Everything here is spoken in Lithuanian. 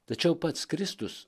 tačiau pats kristus